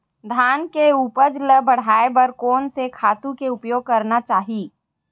धान के उपज ल बढ़ाये बर कोन से खातु के उपयोग करना चाही?